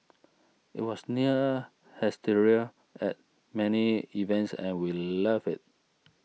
it was near hysteria at many events and we loved it